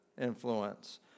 influence